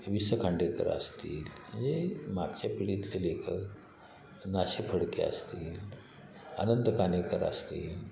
वि स खांडेकर असतील म्हणजे मागच्या पिढीतले लेखक ना सी फडके असतील अनंत काणेकर असतील